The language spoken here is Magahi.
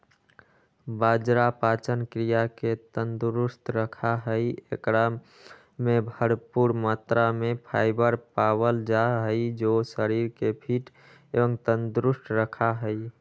बाजरा पाचन क्रिया के तंदुरुस्त रखा हई, एकरा में भरपूर मात्रा में फाइबर पावल जा हई जो शरीर के फिट एवं तंदुरुस्त रखा हई